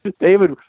David